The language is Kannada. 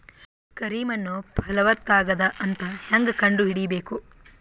ಕರಿ ಮಣ್ಣು ಫಲವತ್ತಾಗದ ಅಂತ ಹೇಂಗ ಕಂಡುಹಿಡಿಬೇಕು?